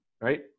right